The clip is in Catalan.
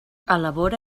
elabora